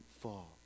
fall